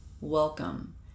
Welcome